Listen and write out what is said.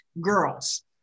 girls